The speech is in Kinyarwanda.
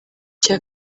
cya